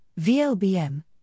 VLBM